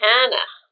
Hannah